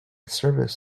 service